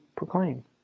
proclaim